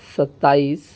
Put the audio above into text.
सत्ताईस